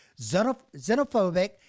xenophobic